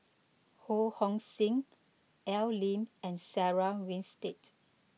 Ho Hong Sing Al Lim and Sarah Winstedt